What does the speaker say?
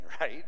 right